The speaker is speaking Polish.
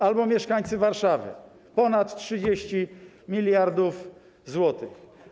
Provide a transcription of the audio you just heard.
Albo mieszkańcy Warszawy - ponad 30 mld zł.